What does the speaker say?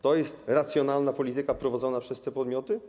To jest racjonalna polityka prowadzona przez te podmioty?